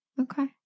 Okay